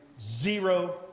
zero